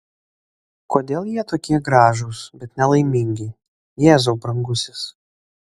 kodėl jie tokie gražūs bet nelaimingi jėzau brangusis